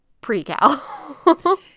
pre-Cal